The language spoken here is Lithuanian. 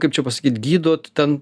kaip čia pasakyt gydot ten